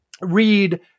read